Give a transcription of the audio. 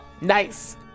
Nice